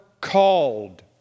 called